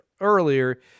earlier